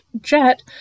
Jet